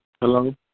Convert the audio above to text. Hello